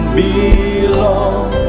belong